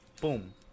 Boom